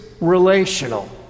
relational